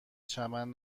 چمن